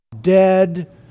dead